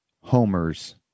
homers